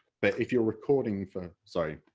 but if you're recording for sorry.